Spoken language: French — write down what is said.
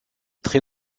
très